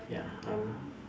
ya I'm